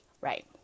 Right